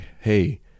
Hey